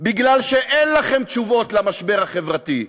כי אין לכם תשובות למשבר החברתי.